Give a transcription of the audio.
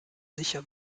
sicher